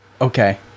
Okay